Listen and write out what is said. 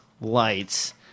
lights